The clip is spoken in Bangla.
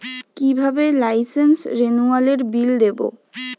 কিভাবে লাইসেন্স রেনুয়ালের বিল দেবো?